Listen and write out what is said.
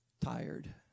tired